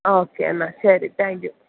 ആ ഓക്കെ എന്നാൽ ശരി താങ്ക്യൂ